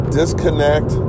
disconnect